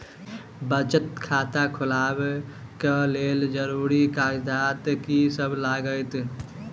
बचत खाता खोलाबै कऽ लेल जरूरी कागजात की सब लगतइ?